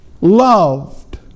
loved